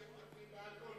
עד שאתם מטפלים באלכוהול,